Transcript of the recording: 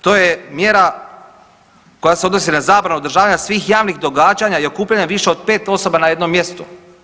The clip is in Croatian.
To je mjera koja se odnosi na zabranu odražavanja svih javnih događanja i okupljanja više od 5 osoba na jednom mjestu.